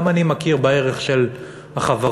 גם אני מכיר בערך של החברות,